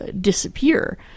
disappear